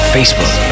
Facebook